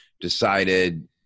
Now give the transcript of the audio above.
decided